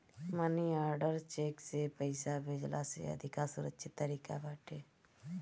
मनी order cheque से पईसा भेजला से अधिका सुरक्षित तरीका बाटे